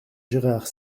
gérard